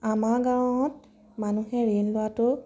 আমাৰ গাঁৱত মানুহে ঋণ লোৱাটো